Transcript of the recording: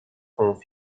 font